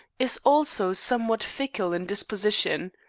is also somewhat fickle in disposition.